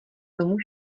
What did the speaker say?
domu